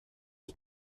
his